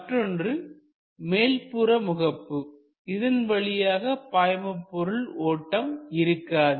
மற்றொன்று மேல்புற முகப்பு இதன் வழியாக பாய்ம பொருள் ஓட்டம் இருக்காது